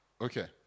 Okay